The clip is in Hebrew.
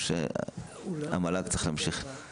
או המל"ג צריך להמשיך?